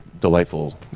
delightful